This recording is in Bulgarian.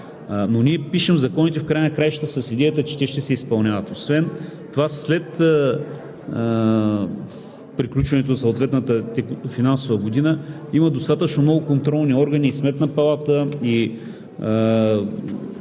ние пишем законите с идеята, че те ще се изпълняват. Освен това след приключването на съответната финансова година има достатъчно много контролни органи – Сметна палата и